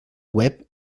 web